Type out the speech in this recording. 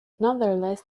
nonetheless